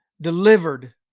delivered